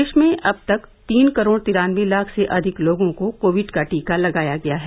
देश में अब तक तीन करोड़ तिरानबे लाख से अधिक लोगों को कोविड का टीका लगाया गया है